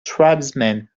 tribesmen